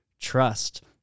trust